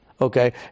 okay